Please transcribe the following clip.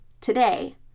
today